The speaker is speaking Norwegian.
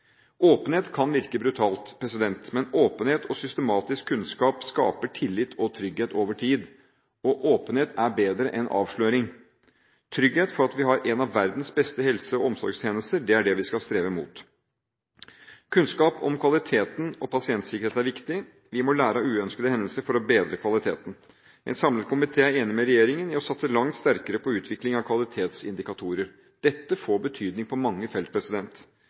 Åpenhet kan virke brutalt, men åpenhet og systematisk kunnskap skaper tillit og trygghet over tid. Åpenhet er bedre enn avsløring. Trygghet for at vi har en av verdens beste helse- og omsorgstjenester er det vi skal streve mot. Kunnskap om kvaliteten og pasientsikkerhet er viktig. Vi må lære av uønskede hendelser for å bedre kvaliteten. En samlet komité er enig med regjeringen om å satse langt sterkere på kvalitetsindikatorer. Dette får betydning på mange felt.